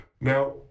Now